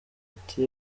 ati